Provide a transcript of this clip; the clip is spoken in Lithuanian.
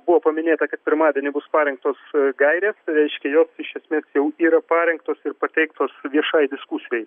buvo paminėta kad pirmadienį bus parengtos gairės reiškia jos iš esmės jau yra parengtos ir pateiktos viešai diskusijai